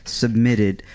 submitted